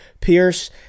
Pierce